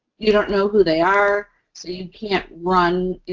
you don't know who they are, so you can't run, you